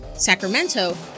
Sacramento